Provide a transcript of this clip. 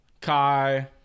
Kai